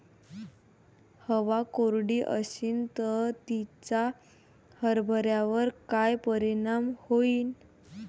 हवा कोरडी अशीन त तिचा हरभऱ्यावर काय परिणाम होईन?